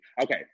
Okay